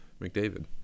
McDavid